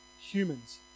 humans